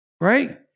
Right